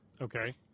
Okay